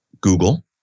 Google